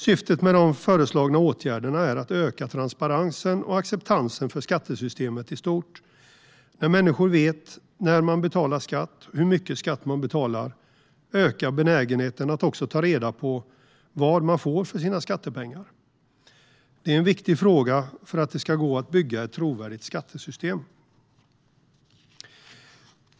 Syftet med de föreslagna åtgärderna är att öka transparensen och acceptansen för skattesystemet i stort. När människor vet när de betalar skatt och hur mycket skatt de betalar ökar benägenheten att också ta reda på vad de får för sina skattepengar. Det är en viktig fråga för att det ska gå att bygga ett trovärdigt skattesystem.